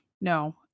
no